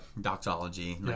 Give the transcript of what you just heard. doxology